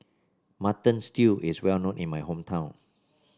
Mutton Stew is well known in my hometown